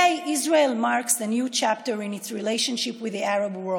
להלן תרגומם: היום ישראל מציינת פרק חדש ביחסיה עם העולם הערבי.